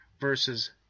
versus